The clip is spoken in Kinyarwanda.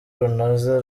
runoze